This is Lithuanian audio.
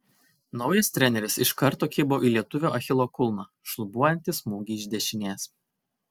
naujas treneris iš karto kibo į lietuvio achilo kulną šlubuojantį smūgį iš dešinės